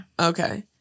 Okay